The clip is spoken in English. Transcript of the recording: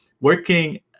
working